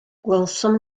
gwelsom